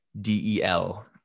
d-e-l